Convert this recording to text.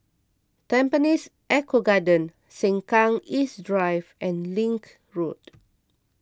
Tampines Eco Garden Sengkang East Drive and Link Road